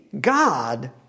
God